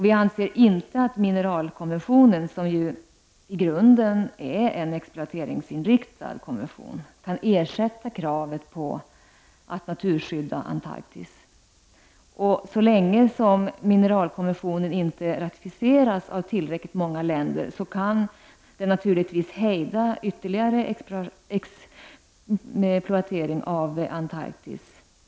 Vi anser inte att mineralkonventionen, som ju i grunden är en exploateringsinriktad konvention, kan ersätta kraven på att naturskydda Så länge som mineralkonventionen inte har ratificerats av tillräckligt många länder kan det naturligtvis hejda ytterligare exploatering av Antarktis.